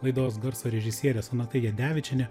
laidos garso režisierė sonata jadevičienė